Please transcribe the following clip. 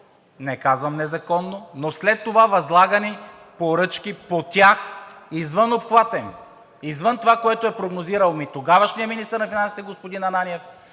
не казвам незаконно, но след това възлагани поръчки по тях извън обхвата им, извън това, което е прогнозирал тогавашният министър на финансите господин Ананиев,